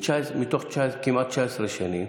מתוך כמעט 19 שנים,